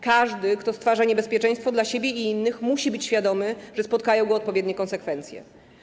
Każdy, kto stwarza niebezpieczeństwo dla siebie i innych, musi być świadomy, że spotkają go odpowiednie konsekwencje.